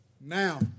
Now